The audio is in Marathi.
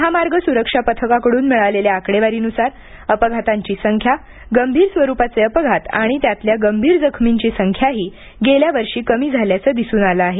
महामार्ग सुरक्षा पथकाकडून मिळालेल्या आकडेवारीनुसार अपघातांची संख्या गंभीर स्वरूपाचे अपघात आणि त्यातल्या गंभीर जखमींची संख्याही गेल्या वर्षी कमी झाल्याचं दिसून आलं आहे